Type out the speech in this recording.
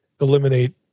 eliminate